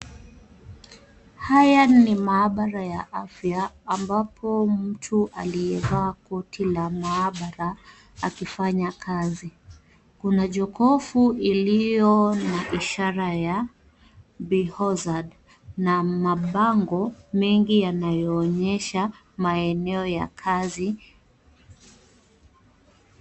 Haya ni maabara ya afya ambapo mtu aliyevalia koti la maabara akifanya kazi. Kuna jokofu iliyo na ishara ya Biohazard na mabango mengi yanayoonyesha maeneo ya kazi.